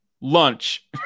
lunch